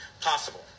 possible